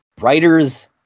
writers